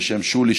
בשם שולי,